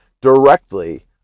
directly